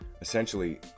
essentially